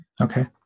Okay